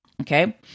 okay